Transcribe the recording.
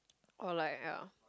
or like ya